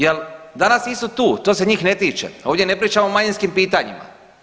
Jel danas nisu tu, to se njih ne tiče, ovdje ne pričamo o manjinskim pitanjima.